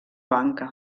banca